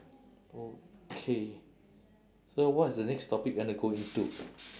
okay so what is the next topic you want to go into